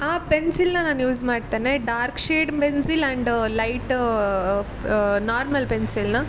ಆ ಪೆನ್ಸಿಲನ್ನ ನಾನು ಯೂಸ್ ಮಾಡ್ತೇನೆ dark shade pencil and light normal ಪೆನ್ಸಿಲನ್ನ